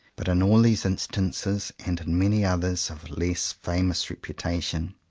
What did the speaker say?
but in all these instances, and in many others of a less famous reputation,